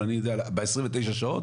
אבל אני יודע שבעשרים ותשעה שעות